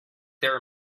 their